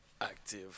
Active